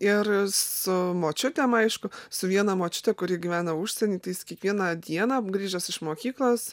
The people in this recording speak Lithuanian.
ir su močiutėm aišku su viena močiute kuri gyvena užsieny tai jis kiekvieną dieną grįžęs iš mokyklos